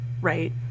right